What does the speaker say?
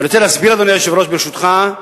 ואני רוצה להסביר, אדוני היושב-ראש, ברשותך,